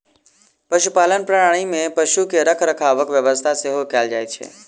पशुपालन प्रणाली मे पशु के रखरखावक व्यवस्था सेहो कयल जाइत छै